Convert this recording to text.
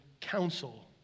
counsel